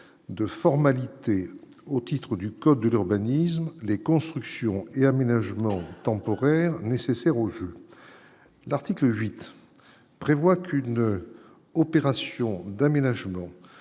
de formalités au titre du code de l'urbanisme et les constructions et aménagements temporaires nécessaires au l'article 8 prévoit qu'une opération d'aménagement